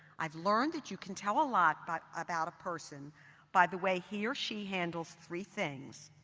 i've learned that you can tell a lot but about a person by the way he or she handles three things,